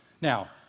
Now